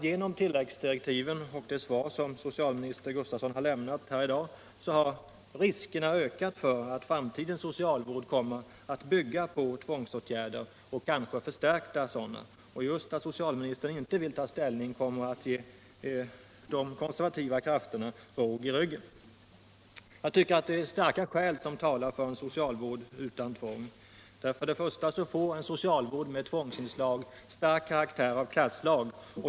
Genom tilläggsdirektiven och det svar som socialministern har lämnat i dag tycker jag att riskerna har ökat för att även framtidens socialvård kommer att bygga på tvångsåtgärder och kanske förstärkta sådana. Just det faktum att socialministern inte vill ta ställning kommer att ge de konservativa krafterna råg i ryggen. Starka skäl talar för en socialvård utan tvång. För det första får en socialvård med tvångsinslag en stark karaktär av klasslag.